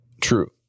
true